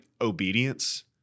obedience